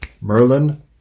Merlin